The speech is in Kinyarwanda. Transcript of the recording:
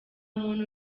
muntu